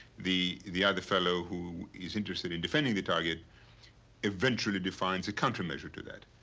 the the other fellow who is interested in defending the target eventually defines a counter measure to that.